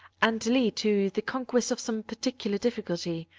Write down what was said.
and lead to the conquest of some particular difficulty,